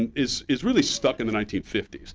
and is is really stuck in the nineteen fifty s.